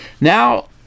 Now